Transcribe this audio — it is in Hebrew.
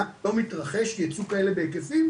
למה לא מתרחש ייצוא בכאלה היקפים?